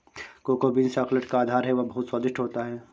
cocoa beans chocolate का आधार है वह बहुत स्वादिष्ट होता है